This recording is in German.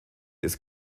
ist